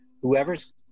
whoever's